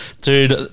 Dude